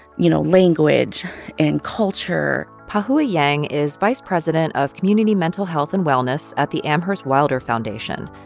you know, language and culture pahoua yang is vice president of community mental health and wellness at the amherst wilder foundation.